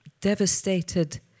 devastated